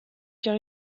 car